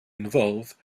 involve